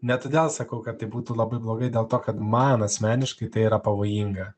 ne todėl sakau kad tai būtų labai blogai dėl to kad man asmeniškai tai yra pavojinga